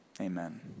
amen